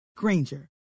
granger